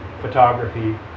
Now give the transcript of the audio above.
photography